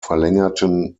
verlängerten